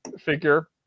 figure